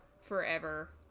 forever